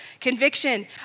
Conviction